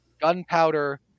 gunpowder